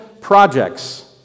projects